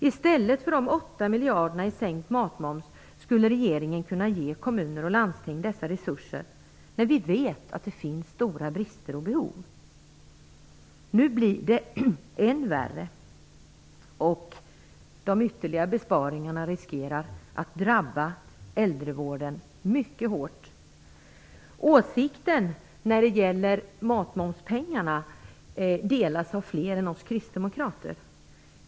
I stället för 8 miljarder i sänkt matmoms skulle regeringen kunna ge kommuner och landsting dessa resurser. Vi vet att det finns stora brister och behov. Nu blir det än värre, och de ytterligare besparingarna riskerar att drabba äldrevården mycket hårt. Åsikten om matmomspengarna delar vi kristdemokrater med flera andra.